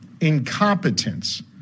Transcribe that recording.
incompetence